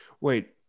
wait